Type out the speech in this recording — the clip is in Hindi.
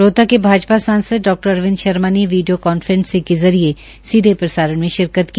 रोहतक के भाजपा सांसद अरविंद शर्मा ने वीडियो कांफ्रेसिंग के जरिये सीधे प्रसारण में शिरकत की